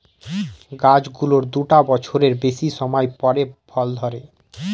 গাছ গুলোর দুটা বছরের বেশি সময় পরে ফল ধরে